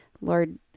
Lord